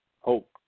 hope